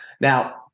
Now